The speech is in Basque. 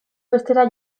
bestera